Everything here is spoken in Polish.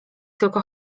tylko